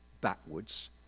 backwards